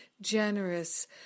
generous